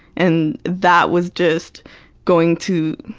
and that was just going to